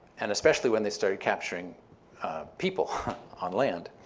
and especially when they started capturing people on land,